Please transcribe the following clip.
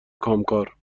کامکار